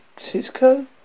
Cisco